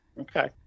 okay